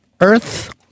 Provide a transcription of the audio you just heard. Earth